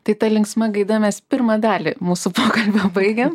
tai ta linksma gaida mes pirmą dalį mūsų pokalbio baigiam